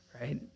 right